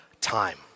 time